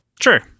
Sure